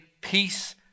peace